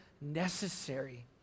necessary